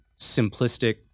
simplistic